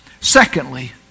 Secondly